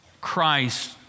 Christ